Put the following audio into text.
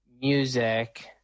music